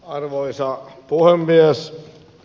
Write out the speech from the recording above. arvoisa puhemies